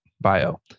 bio